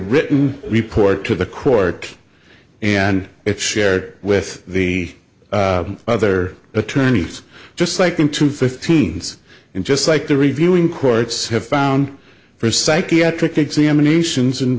written report to the court and it's shared with the other attorneys just like them to fifteenth and just like the reviewing courts have found for psychiatric examinations and